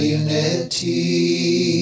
unity